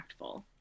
impactful